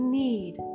need